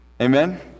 Amen